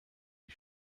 die